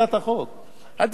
הוא, תשמעו, הוא בשלו.